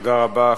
תודה רבה.